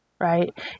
Right